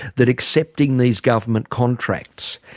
that accepting these government contracts,